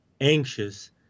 anxious